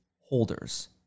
Holders